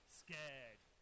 scared